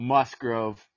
Musgrove